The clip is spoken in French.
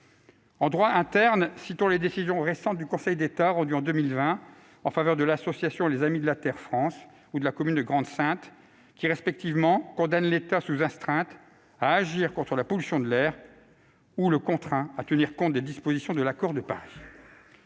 En droit interne, citons les récents arrêts rendus par le Conseil d'État en 2020 en faveur de l'association des Amis de la Terre - France et de la Commune de Grande-Synthe, qui, respectivement, condamnent l'État sous astreinte à agir contre la pollution de l'air et à tenir compte des dispositions de l'accord de Paris.